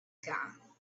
gone